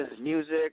music